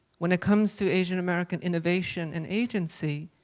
when it comes to asian american innovation and agency,